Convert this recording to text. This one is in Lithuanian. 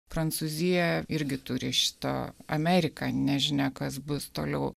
prancūzija irgi turi šitą amerika nežinia kas bus toliau